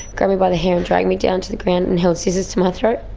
grabbed me by the hair and dragged me down to the ground, and held scissors to my throat